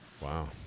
Wow